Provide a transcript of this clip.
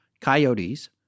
coyotes